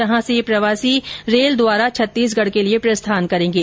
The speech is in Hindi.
जहां से ये प्रवासी रेल द्वारा छत्तीसगढ़ के लिए प्रस्थान करेंगे